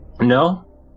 no